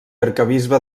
arquebisbe